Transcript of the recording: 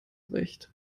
recht